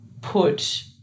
put